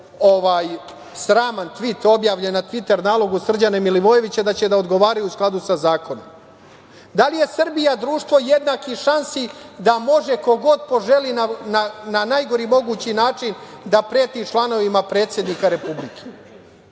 sraman tvit objavljen na Tviter nalogu Srđana Milivojevića da će da odgovaraju u skladu sa zakonom. Da li je Srbija društvo jednakih šansi da može ko god poželi na najgori mogući način da preti članovima porodice predsednika Republike?